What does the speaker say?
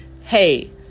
hey